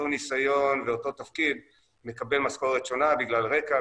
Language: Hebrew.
אותו ניסיון ואותו תפקיד מקבל משכורת שונה בגלל רקע,